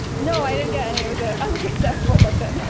no, i didn't get any. it was an unsuccessful mission.